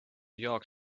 york